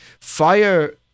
fire